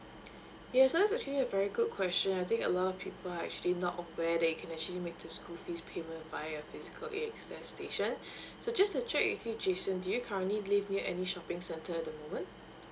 yes so that's actually a very good question I think a lot of people are actually not aware they can actually make to school fees payment via physical A_X_S station so just to check with you jason do you currently live near any shopping centre at the moment